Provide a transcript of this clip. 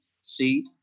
seed